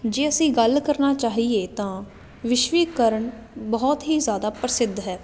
ਜੇ ਅਸੀਂ ਗੱਲ ਕਰਨਾ ਚਾਹੀਏ ਤਾਂ ਵਿਸ਼ਵੀਕਰਨ ਬਹੁਤ ਹੀ ਜ਼ਿਆਦਾ ਪ੍ਰਸਿੱਧ ਹੈ